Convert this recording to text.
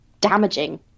damaging